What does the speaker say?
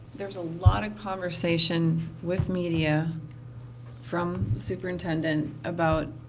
there's a lot of conversation with media from superintendent about,